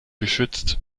geschützt